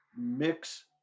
mix